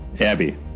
Abby